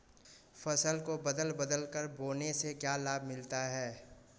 फसल को बदल बदल कर बोने से क्या लाभ मिलता है?